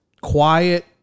quiet